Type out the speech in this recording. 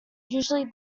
usually